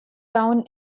town